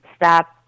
stop